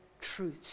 truth